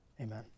amen